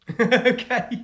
Okay